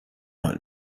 حال